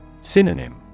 Synonym